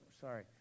Sorry